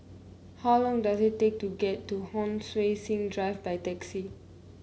how long does it take to get to Hon Sui Sen Drive by taxi